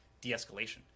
de-escalation